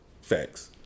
facts